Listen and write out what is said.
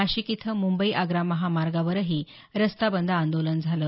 नाशिक इथं मुंबई आग्रा महामार्गावरही रस्ता बंद आंदोलन झालं